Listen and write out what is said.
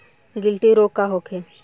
गिल्टी रोग का होखे?